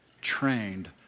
trained